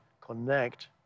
connect